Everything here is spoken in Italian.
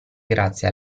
grazie